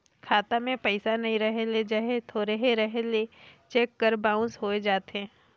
खाता में पइसा नी रहें ले चहे थोरहें रहे ले चेक हर बाउंस होए जाथे